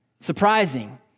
Surprising